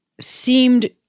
seemed